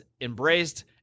embraced